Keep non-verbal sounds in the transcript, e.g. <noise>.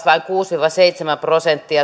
<unintelligible> vain kuusi viiva seitsemän prosenttia <unintelligible>